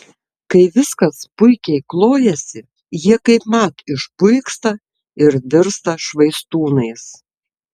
kai viskas puikiai klojasi jie kaipmat išpuiksta ir virsta švaistūnais